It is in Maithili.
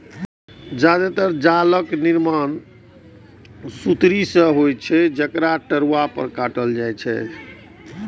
जादेतर जालक निर्माण सुतरी सं होइत छै, जकरा टेरुआ पर काटल जाइ छै